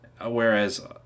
whereas